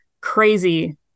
crazy